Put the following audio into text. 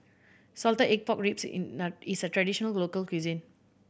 salted egg pork ribs is a traditional local cuisine